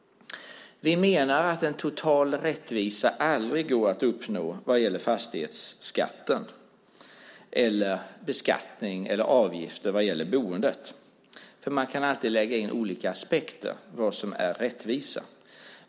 Vi menar att en total rättvisa aldrig går att uppnå vad gäller fastighetsskatten, beskattning eller avgifter vad gäller boendet. Man kan alltid lägga in olika aspekter på vad som är rättvisa.